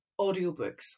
audiobooks